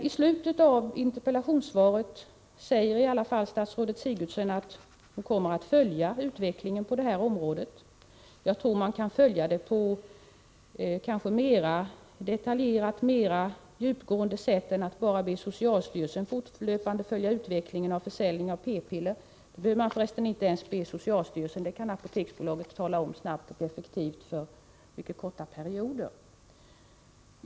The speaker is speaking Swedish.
I slutet av interpellationssvaret säger i alla fall statsrådet Sigurdsen att hon kommer att följa utvecklingen på detta område. Jag tror att man kan följa den på ett mer detaljerat och djupgående sätt än att bara be socialstyrelsen fortlöpande följa utvecklingen av försäljningen av p-piller. Det behöver man förresten inte be socialstyrelsen att göra. Det kan Apoteksbolaget tala om snabbt och effektivt för mycket korta perioder.